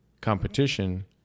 competition